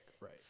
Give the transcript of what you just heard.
right